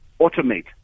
automate